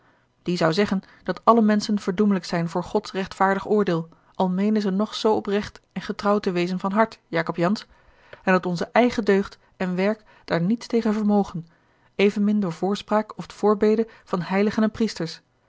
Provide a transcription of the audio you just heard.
die zou zeggen dat alle menschen verdoemelijk zijn voor gods rechtvaardig oordeel al meenen ze nog zoo oprecht en getrouw te wezen van hart jacob jansz en dat onze eigen deugd en werk daar niets tegen vermogen evenmin door voorspraak oft a l g bosboom-toussaint de delftsche wonderdokter eel voorbede van heiligen en priesters